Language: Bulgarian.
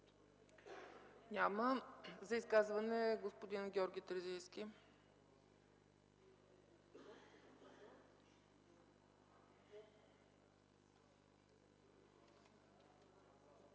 Няма. За изказване – господин Георги Терзийски.